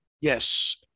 Yes